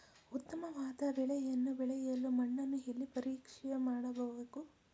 ಉತ್ತಮವಾದ ಬೆಳೆಯನ್ನು ಬೆಳೆಯಲು ಮಣ್ಣನ್ನು ಎಲ್ಲಿ ಪರೀಕ್ಷೆ ಮಾಡಬೇಕು?